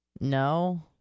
No